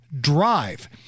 drive